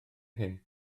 hyn